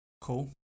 Cool